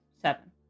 seven